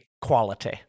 Quality